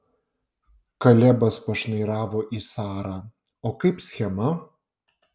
kalebas pašnairavo į sarą o kaip schema